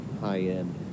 high-end